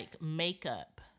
makeup